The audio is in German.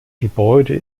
gebäude